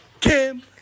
Kim